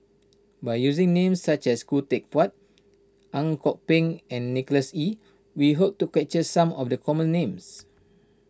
by using names such as Khoo Teck Puat Ang Kok Peng and Nicholas Ee we hope to capture some of the common names